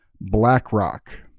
BlackRock